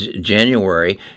January